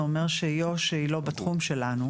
זה אומר שיו"ש היא לא בתחום שלנו.